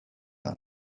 den